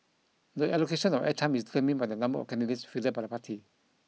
the allocation of air time is determined by the number of candidates fielded by the party